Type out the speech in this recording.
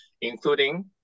including